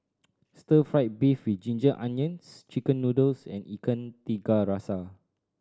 stir fried beef with Ginger Onions Chicken noodles and Ikan Tiga Rasa